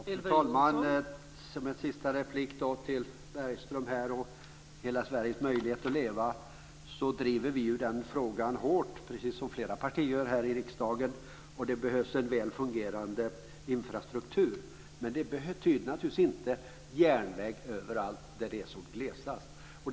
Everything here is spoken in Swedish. Fru talman! Som en sista replik till Sven Bergström vill jag, apropå hela Sveriges möjligheter att leva, säga att vi driver frågan hårt, precis som flera partier i riksdagen gör. Det behövs en väl fungerande infrastruktur men det betyder naturligtvis inte järnväg överallt där det är som glesast.